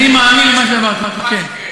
אני מאמין למה שאמרתי, כן.